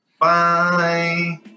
Bye